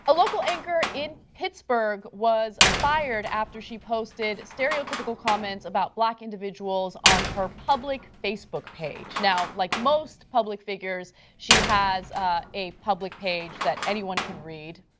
a local anchor in pittsburgh was fired after she posted stereotypical comments about black individuals on her public facebook page. like most public figures, she has ah a public page that anyone can read,